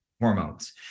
hormones